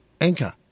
Anchor